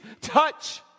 touch